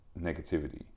negativity